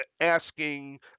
asking